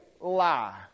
lie